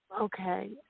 okay